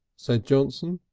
said johnson.